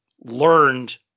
learned